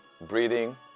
breathing